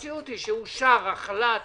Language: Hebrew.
גם כאן אושר החל"ת